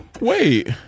Wait